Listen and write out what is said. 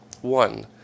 One